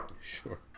sure